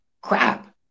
crap